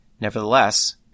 nevertheless